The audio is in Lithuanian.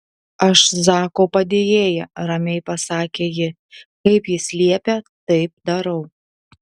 aš zako padėjėja ramiai pasakė ji kaip jis liepia taip darau